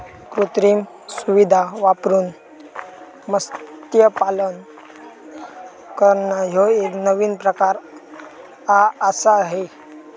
कृत्रिम सुविधां वापरून मत्स्यपालन करना ह्यो एक नवीन प्रकार आआसा हे